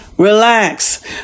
Relax